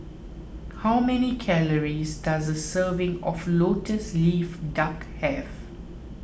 how many calories does a serving of Lotus Leaf Duck have